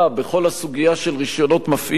בכל הסוגיה של רשיונות מפעיל,